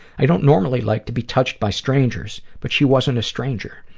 i don't normally like to be touched by strangers, but she wasn't a stranger.